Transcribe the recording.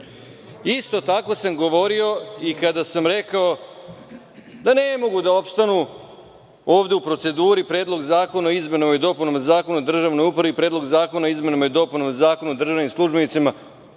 tako sam govorio kada sam rekao da ne mogu da opstanu ovde u proceduri Predlog zakona o izmenama i dopunama Zakona o državnoj upravi i Predlog zakona o izmenama i dopunama Zakona o državnim službenicima,